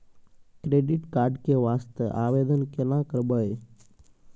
Credit card के वास्ते आवेदन केना करबै?